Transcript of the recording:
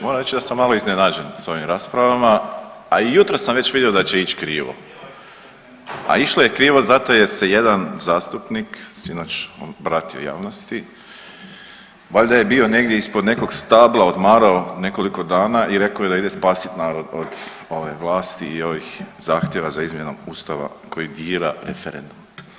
Moram reći da sam malo iznenađen s ovim raspravama, a i jutros sam već vidio da će ići krivo, a išto je krivo zato jer se jedan zastupnik sinoć obratio javnosti, valjda je bio negdje ispod nekog stabla odmarao nekoliko dana i rekao je da ide spasit narod od ove vlasti i ovih zahtjeva za izmjenom Ustava koji dira referendum.